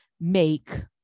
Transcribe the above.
make